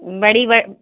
बड़ी ब